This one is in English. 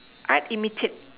art imitate